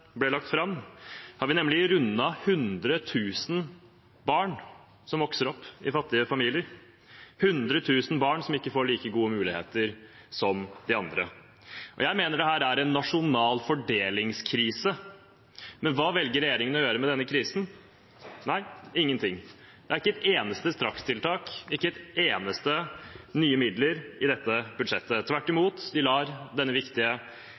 lagt fram, har vi nemlig rundet 100 000 barn som vokser opp i fattige familier, 100 000 barn som ikke får like gode muligheter som de andre. Jeg mener dette er en nasjonal fordelingskrise, men hva velger regjeringen å gjøre med denne krisen? Ingenting! Det er ikke et eneste strakstiltak, ikke noen nye midler i dette budsjettet. Tvert imot, de lar denne viktige